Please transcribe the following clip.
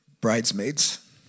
bridesmaids